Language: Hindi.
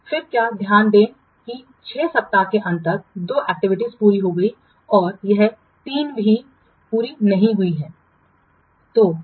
फिर क्या ध्यान दें कि 6 सप्ताह के अंत तक दो एक्टिविटीज पूरी हो गई हैं और यह 3 अभी भी पूरी नहीं हुई हैं